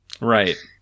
right